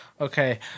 Okay